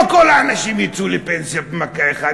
לא כל האנשים יצאו לפנסיה במכה אחת,